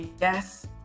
yes